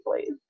please